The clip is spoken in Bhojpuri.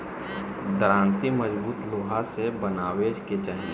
दराँती मजबूत लोहा से बनवावे के चाही